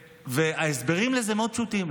ההסברים לזה מאוד פשוטים.